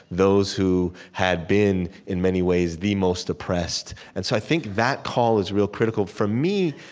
those who had been in many ways the most oppressed. and so i think that call is real critical for me,